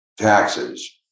taxes